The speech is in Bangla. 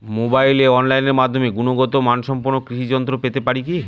মোবাইলে অনলাইনের মাধ্যমে গুণগত মানসম্পন্ন কৃষি যন্ত্রপাতি পেতে পারি কি?